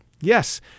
Yes